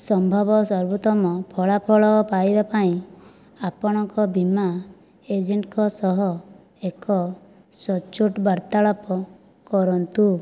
ସମ୍ଭବ ସର୍ବୋତ୍ତମ ଫଳାଫଳ ପାଇବା ପାଇଁ ଆପଣଙ୍କ ବୀମା ଏଜେଣ୍ଟଙ୍କ ସହ ଏକ ସଚ୍ଚୋଟ ବାର୍ତ୍ତାଳାପ କରନ୍ତୁ